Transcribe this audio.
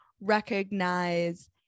recognize